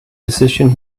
decision